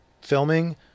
filming